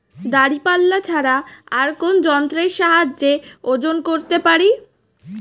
দাঁড়িপাল্লা ছাড়া আর কোন যন্ত্রের সাহায্যে ওজন করতে পারি?